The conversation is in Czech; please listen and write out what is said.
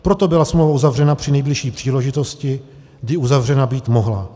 Proto byla smlouva uzavřena při nejbližší příležitosti, kdy uzavřena být mohla.